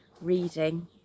reading